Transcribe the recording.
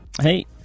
hey